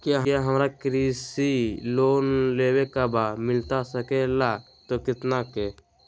क्या हमारा कृषि लोन लेवे का बा मिलता सके ला तो कितना के?